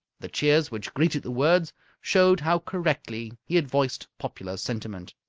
the cheers which greeted the words showed how correctly he had voiced popular sentiment.